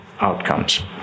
outcomes